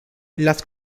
las